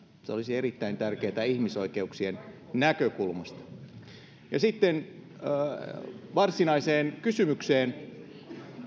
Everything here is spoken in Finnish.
se olisi erittäin tärkeätä ihmisoikeuksien näkökulmasta sitten varsinaiseen kysymykseen